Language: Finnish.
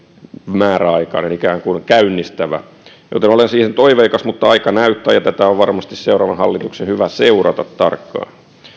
määräaikainen ikään kuin käynnistävä joten olen siinä toiveikas mutta aika näyttää ja tätä on varmasti seuraavan hallituksen hyvä seurata tarkkaan